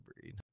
breed